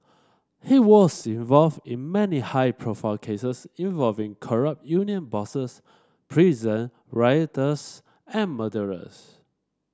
he was involved in many high profile cases involving corrupt union bosses prison rioters and murderers